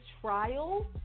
trial